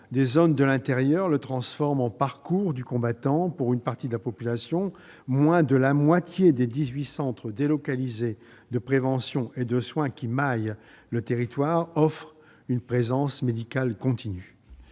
des zones de l'intérieur le transforme en parcours du combattant pour une partie de la population. De fait, moins de la moitié des dix-huit centres délocalisés de prévention et de soins qui maillent le territoire offrent une présence médicale continue.